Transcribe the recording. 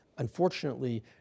Unfortunately